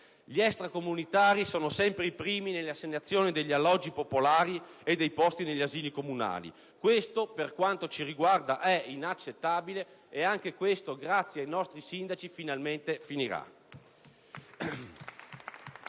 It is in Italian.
Gli extracomunitari sono sempre i primi nelle assegnazioni degli alloggi popolari e dei posti negli asili comunali. Questo, per quanto ci riguarda, è inaccettabile e, grazie ai nostri sindaci, anche questo finalmente finirà.